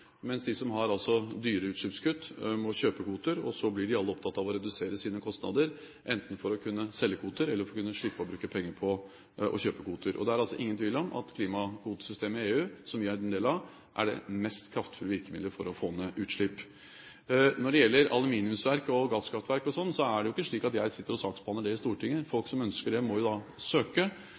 mens de som har dyre utslippskutt, må kjøpe kvoter. Så blir de alle opptatt av å redusere sine kostnader, enten ved å kunne selge kvoter, eller ved å kunne slippe å bruke penger på å kjøpe kvoter. Det er ingen tvil om at klimakvotesystemet i EU, som vi er en del av, er det mest kraftfulle virkemiddelet for å få ned utslipp. Når det gjelder aluminiumsverk, gasskraftverk, osv., er det jo ikke slik at jeg sitter og saksbehandler det i Stortinget. Folk som ønsker det, må